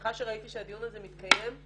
שמחה שראיתי שהדיון הזה מתקיים,